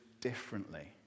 differently